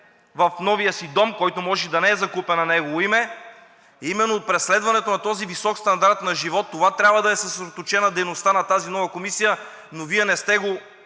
в новия си дом, който може и да не е закупен на негово име, именно преследването на този висок стандарт на живот, върху това трябва да е съсредоточена дейността на тази нова комисия, но Вие не сте го